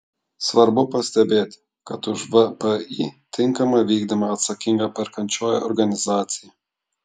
svarbu pastebėti kad už vpį tinkamą vykdymą atsakinga perkančioji organizacija